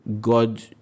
God